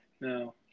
No